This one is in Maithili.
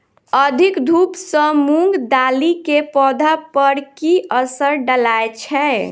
अधिक धूप सँ मूंग दालि केँ पौधा पर की असर डालय छै?